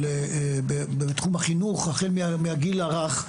בתחום החינוך החל מהגיל הרך,